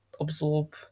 absorb